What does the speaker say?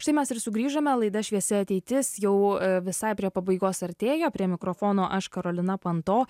štai mes ir sugrįžome laida šviesi ateitis jau visai prie pabaigos artėją prie mikrofono aš karolina panto